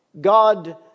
God